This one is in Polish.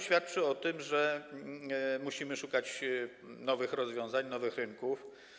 Świadczy to o tym, że musimy szukać nowych rozwiązań, nowych rynków.